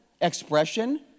expression